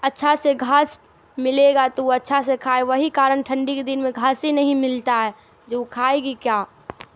اچھا سے گھاس ملے گا تو وہ اچھا سے کھائے وہی کارن ٹھنڈی کے دن میں گھاس ہی نہیں ملتا ہے جو وہ کھائے گی کیا